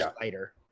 lighter